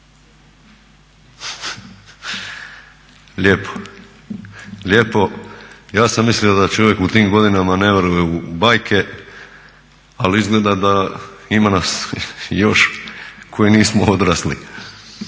lijepo. Ja sam mislio da čovjek u tim godinama ne vjeruje u bajke ali izgleda da ima nas još koji nismo odrasli.